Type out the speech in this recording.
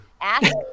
ask